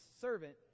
servant